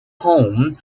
home